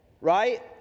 right